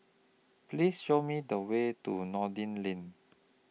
Please Show Me The Way to Noordin Lane